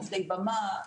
עובדי במה,